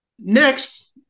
Next